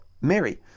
Mary